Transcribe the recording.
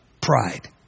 Pride